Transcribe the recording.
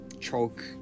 choke